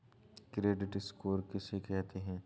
Credit score किसे कहते हैं?